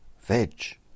Veg